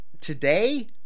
Today